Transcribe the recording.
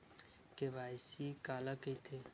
KYC काला कइथे?